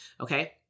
okay